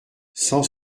cent